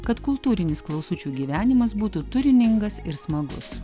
kad kultūrinis klausučių gyvenimas būtų turiningas ir smagus